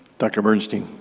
dr. bernstein.